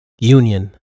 Union